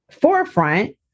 forefront